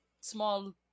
small